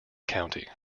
county